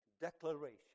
declaration